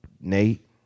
Nate